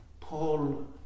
Paul